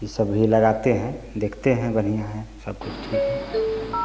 यह सब भी लगाते हैं देखते हैं बढ़िया है सब कुछ ठीक है धन्यवाद